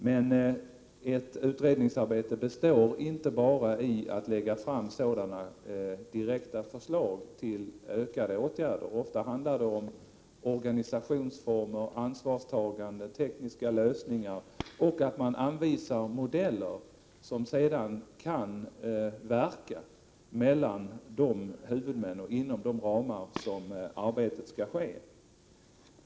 Men ett utredningsarbete består inte bara i att lägga fram förslag till ökade insatser. Ofta handlar det om organisationsformer, ansvarstagande, tekniska lösningar och anvisning av modeller för verksamheten inom de ramar där arbetet skall ske.